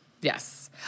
Yes